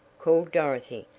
called dorothy,